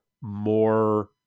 more